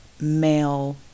male